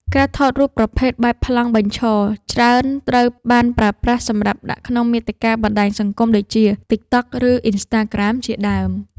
ការថតរូបប្រភេទបែបប្លង់បញ្ឈរ ច្រើនត្រូវបានប្រើប្រាស់សម្រាប់ដាក់ក្នុងមាតិកាបណ្ដាញសង្គមដូចជា តិក តុក ឬ អុីនស្តាក្រាម ជាដើម។